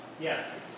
Yes